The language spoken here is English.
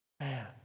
Man